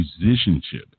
musicianship